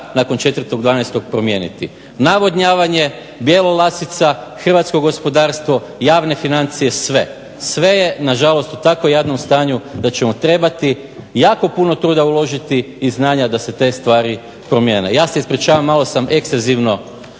nakon 4.12. promijeniti. Navodnjavanje, Bjelolasica, hrvatskog gospodarstvo, javne financije, sve, sve je nažalost u tako jadnom stanju da ćemo trebati jako puno truda uložiti i znanja da se te stvari promijene. Ja se ispričavam, malo sam ekstenzivno